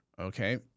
okay